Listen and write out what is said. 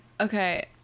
okay